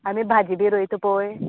आमी भाजी बी रोयताय पळय